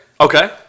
Okay